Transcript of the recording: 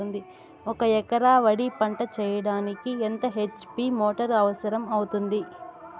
ఒక ఎకరా వరి పంట చెయ్యడానికి ఎంత హెచ్.పి మోటారు అవసరం అవుతుంది?